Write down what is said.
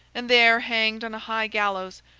and there hanged on a high gallows,